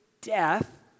death